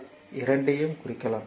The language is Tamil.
யால் இரண்டையும் குறிக்கலாம்